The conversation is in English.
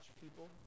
people